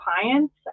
clients